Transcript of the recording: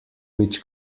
which